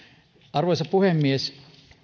arvoisa puhemies